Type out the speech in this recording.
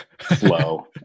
flow